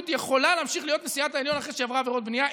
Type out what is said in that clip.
יכולה להמשיך להיות נשיאת העליון אחרי שהיא עברה עבירות בנייה,